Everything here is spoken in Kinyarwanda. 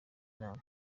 imana